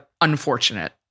unfortunate